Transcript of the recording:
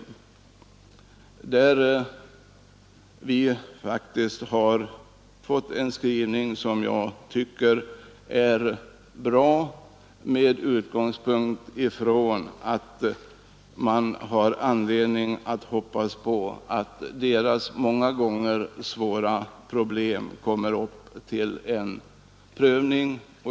Jag tycker att vi faktiskt har fått en bra skrivning, eftersom utskottet framhåller att de homosexuellas många gånger svåra problem bör uppmärksammas.